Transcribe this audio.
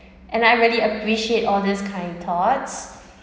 and I really appreciate all these kind thoughts